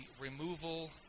removal